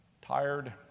tired